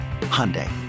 Hyundai